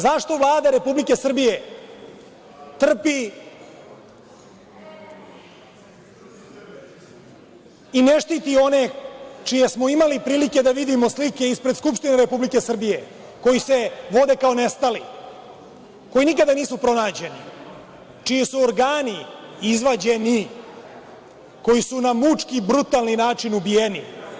Zašto Vlada Republike Srbije trpi i ne štiti one čije smo slike imali prilike da vidimo ispred Skupštine Republike Srbije, koji se vode kao nestali, koji nikada nisu pronađeni, čiji su organi izvađeni, koji su na mučki i brutalni način ubijeni?